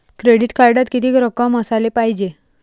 Credit कार्डात कितीक रक्कम असाले पायजे?